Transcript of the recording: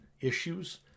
issues